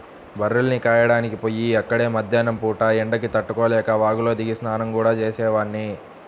బర్రెల్ని కాయడానికి పొయ్యి అక్కడే మద్దేన్నం పూట ఎండకి తట్టుకోలేక వాగులో దిగి స్నానం గూడా చేసేవాడ్ని